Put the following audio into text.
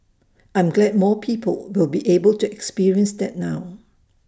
I'm glad more people will be able to experience that now